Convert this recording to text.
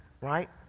right